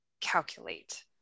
calculate